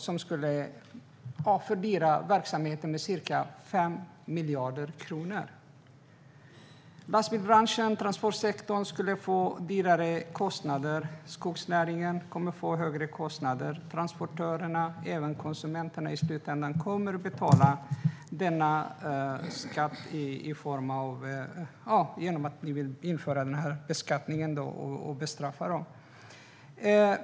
Det skulle fördyra verksamheten med ca 5 miljarder kronor. Lastbilsbranschen och transportsektorn skulle få högre kostnader. Skogsnäringen skulle få högre kostnader. Transportörerna och även konsumenterna kommer i slutänden att betala denna skatt som ni vill införa och på så sätt bestraffa dem, Karin Svensson Smith.